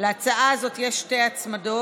להצעת הזאת יש שתי הצמדות,